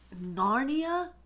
Narnia